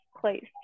place